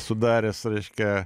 sudaręs reiškia